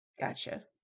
Gotcha